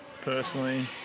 personally